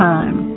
Time